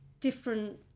different